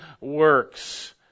works